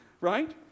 Right